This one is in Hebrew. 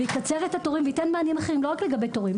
יקצר את התורים וייתן מענים אחרים לא רק לגבי תורים,